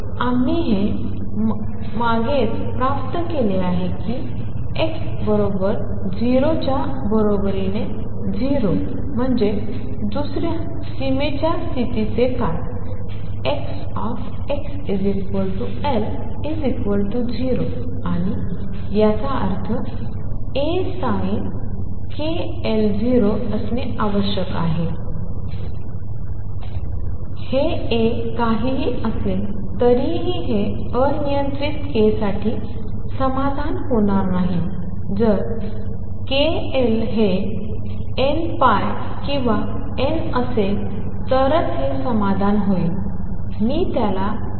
तर आम्ही हे मागूनच प्राप्त केले आहे की X बरोबर 0 च्या बरोबरीने 0 म्हणजे दुसऱ्या सीमेच्या स्थितीचे काय जे X x L 0 आणि याचा अर्थ A पाप k L 0 असणे आवश्यक आहे हे A काहीही असले तरी हे अनियंत्रित k साठी समाधानी होणार नाही जर k L हे n π किंवा k असेल तरच हे समाधान होईल मी त्याला knnπL